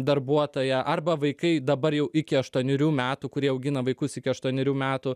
darbuotoja arba vaikai dabar jau iki aštuonerių metų kurie augina vaikus iki aštuonerių metų